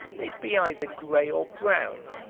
they'd be either gray or brown,